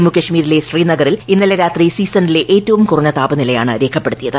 ജമ്മു കാശ്മീരിലെ ശ്രീനഗറിൽ ഇന്നലെ രാത്രി സീസണിലെ ഏറ്റവും കുറഞ്ഞ താപനിലയാണ് രേഖപ്പെടുത്തിയുത്